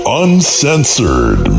uncensored